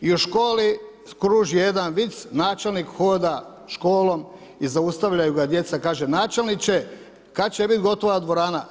I u školi kruži jedan vic, načelnik hoda školom i zaustavljaju ga djeca, kažu načelniče, kad će biti gotova dvorana?